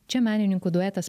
čia menininkų duetas